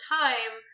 time